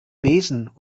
besen